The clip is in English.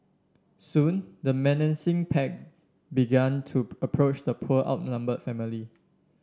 soon the menacing pack began to approach the poor outnumber family